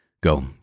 Go